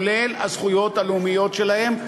כולל הזכויות הלאומיות שלהם,